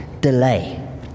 delay